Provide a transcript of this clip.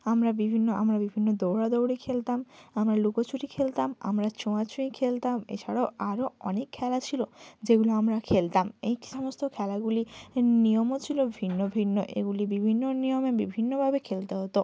আমরা বিভিন্ন আমরা বিভিন্ন দৌড়াদৌড়ি খেলতাম আমরা লুকোচুরি খেলতাম আমরা ছোঁয়াছুঁয়ি খেলতাম এছাড়াও আরো অনেক খেলা ছিল যেগুলো আমরা খেলতাম এই সমস্ত খেলাগুলির নিয়মও ছিল ভিন্ন ভিন্ন এগুলি বিভিন্ন নিয়মে বিভিন্নভাবে খেলতে হতো